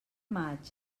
maig